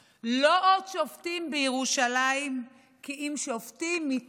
לא עוד שופטים בירושלים כי אם שופטים מטעם,